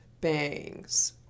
bangs